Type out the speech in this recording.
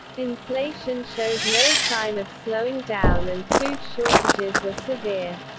inflation showed no sign of slowing down and food shortages were severe.